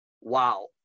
wow